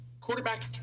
quarterback